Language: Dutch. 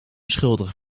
schuldig